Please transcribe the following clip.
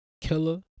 killer